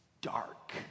dark